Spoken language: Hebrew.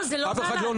לא, זה לא גלנט.